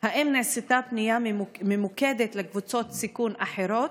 3. האם נעשתה פנייה ממוקדת לקבוצות סיכון אחרות?